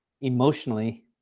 emotionally